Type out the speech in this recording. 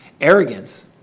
Arrogance